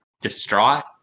distraught